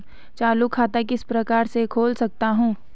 चालू खाता किस प्रकार से खोल सकता हूँ?